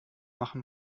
machen